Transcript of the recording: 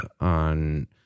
on